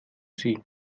sie